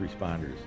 responders